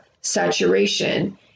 saturation